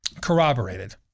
corroborated